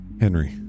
Henry